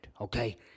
Okay